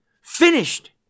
finished